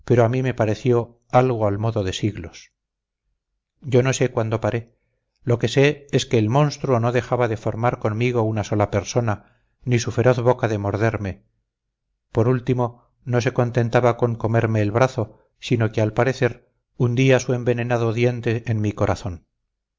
a mí me pareció algo al modo de siglos yo no sé cuándo paré lo que sé es que el monstruo no dejaba de formar conmigo una sola persona ni su feroz boca de morderme por último no se contentaba con comerme el brazo sino que al parecer hundía su envenenado diente en mi corazón